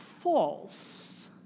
false